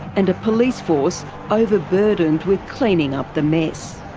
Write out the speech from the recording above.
and a police force over-burdened with cleaning up the mess.